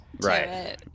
right